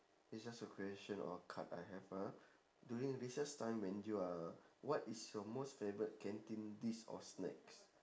it's just a question or card I have ah during recess time when you are what is your most favourite canteen dish or snacks